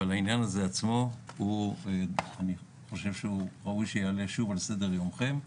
אבל העניין עצמו ראוי שיעלה שוב על סדר יומכם,